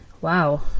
Wow